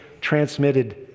transmitted